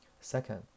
second